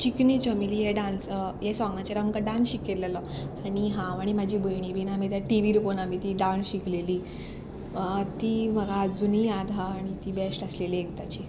चिकनी चमिली हे डांस हे सोंगाचेर आमकां डांस शिकयलेलो आनी हांव आनी म्हाजी भयणी बीन आमी त्या टी वी रोखोवन आमी ती डांस शिकलेली ती म्हाका आजुनूय याद आहा आनी ती बेस्ट आसलेली एकदाची